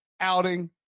outing